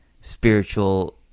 spiritual